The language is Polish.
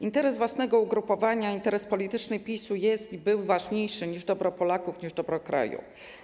Interes własnego ugrupowania, interes polityczny PiS-u jest i był ważniejszy niż dobro Polaków, niż dobro kraju.